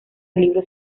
libros